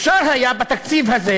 אפשר היה בתקציב הזה